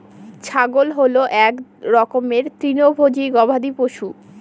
ছাগল হল এক রকমের তৃণভোজী গবাদি পশু